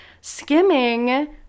skimming